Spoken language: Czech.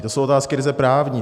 To jsou otázky ryze právní.